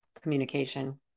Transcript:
communication